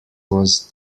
was